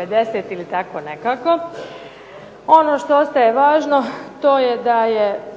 50:50 ili tako nekako. Ono što ostaje važno to je